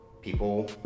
people